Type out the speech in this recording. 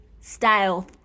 style